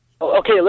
Okay